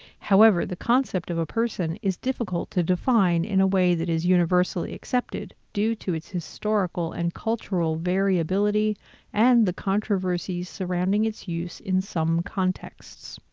however, the concept of a person is difficult to define in a way that is universally accepted, due to its historical and cultural variability and the controversies surrounding its use in some contexts.